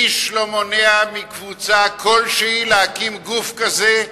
איש לא מונע מקבוצה כלשהי להקים גוף כזה,